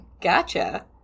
gotcha